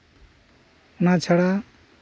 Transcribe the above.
ᱚᱱᱟ ᱪᱷᱟᱲᱟ